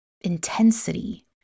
intensity